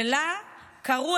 ולה קראו